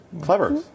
Clever